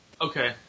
Okay